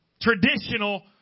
traditional